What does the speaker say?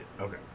Okay